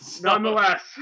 Nonetheless